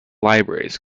libraries